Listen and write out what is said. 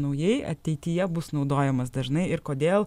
naujai ateityje bus naudojamas dažnai ir kodėl